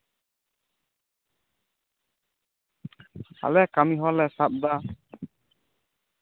ᱟᱞᱮ ᱠᱟᱹᱢᱤ ᱦᱚᱨᱟᱞᱮ ᱥᱟᱵ ᱮᱫᱟ